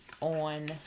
on